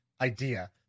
idea